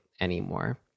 anymore